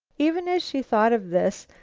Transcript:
even as she thought of this,